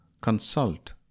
Consult